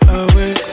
away